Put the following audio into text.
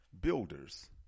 builders